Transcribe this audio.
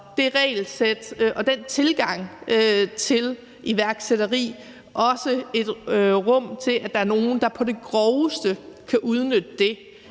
det regelsæt og den tilgang til iværksætteri også et rum for, at der er nogle, der på det groveste kan udnytte det